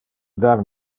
dar